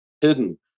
hidden